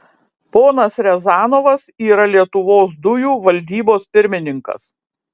ponas riazanovas yra lietuvos dujų valdybos pirmininkas